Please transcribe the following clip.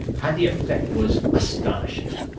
and the effect was astonishing!